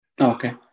Okay